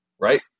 Right